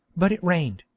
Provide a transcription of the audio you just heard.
but it rained,